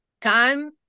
time